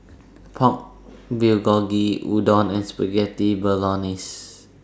Pork Bulgogi Udon and Spaghetti Bolognese